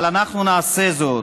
אבל אנחנו נעשה זאת.